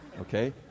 Okay